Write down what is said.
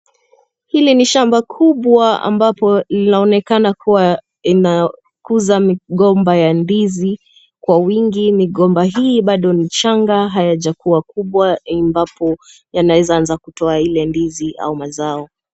Hili ni shamba kubwa ambapo linaonekana kuwa inakuza migomba ya ndizi kwa wingi. Migomba hii bado ni changa hayajakuwa kubwa ambapo yanaeza anza kutoa ile ndizi ama mazao.